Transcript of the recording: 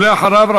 ואחריו,